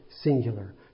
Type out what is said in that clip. Singular